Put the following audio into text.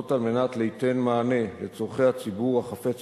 זאת על מנת ליתן מענה לצורכי הציבור החפץ